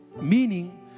Meaning